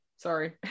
Sorry